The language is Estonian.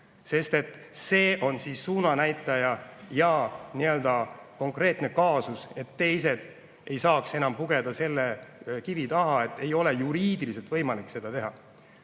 õigusel. See on suunanäitaja ja nii-öelda konkreetne kaasus, et teised ei saaks enam pugeda selle kivi taha, et ei ole juriidiliselt võimalik seda teha.